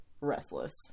restless